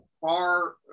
far